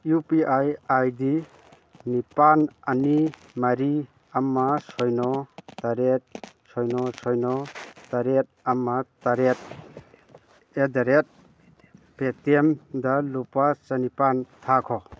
U P I I D ꯅꯤꯄꯥꯜ ꯑꯅꯤ ꯃꯔꯤ ꯑꯃ ꯁꯤꯅꯣ ꯇꯔꯦꯠ ꯁꯤꯅꯣ ꯁꯤꯅꯣ ꯇꯔꯦꯠ ꯑꯃ ꯇꯔꯦꯠ ꯑꯦꯠ ꯗ ꯔꯦꯠ ꯄꯦꯇꯤꯑꯦꯝꯗ ꯂꯨꯄꯥ ꯆꯅꯤꯄꯥꯜ ꯊꯥꯈꯣ